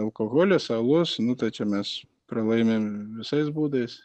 alkoholis alus tai čia mes pralaimim visais būdais